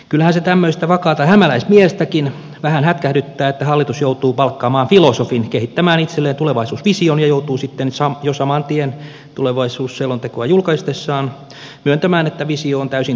kyllähän se tämmöistä vakaata hämäläismiestäkin vähän hätkähdyttää että hallitus joutuu palkkaamaan filosofin kehittämään itselleen tulevaisuusvision ja joutuu sitten jo saman tien tulevaisuusselontekoa julkaistessaan myöntämään että visio on täysin teoreettinen